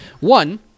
One